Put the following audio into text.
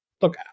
look